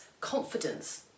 confidence